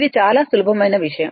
ఇది చాలా సులభమైన విషయం